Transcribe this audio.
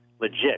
legit